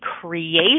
creation